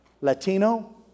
Latino